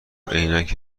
عینک